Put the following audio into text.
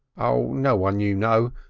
ah no one you know.